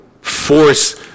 force